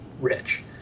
rich